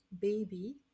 baby